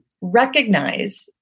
recognize